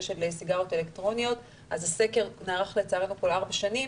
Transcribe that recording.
של סיגריות אלקטרוניות אז הסקר נערך לצערנו כל ארבע שנים